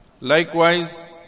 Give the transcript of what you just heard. Likewise